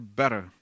better